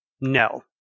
No